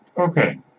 Okay